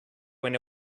when